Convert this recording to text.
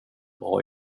bra